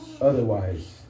Otherwise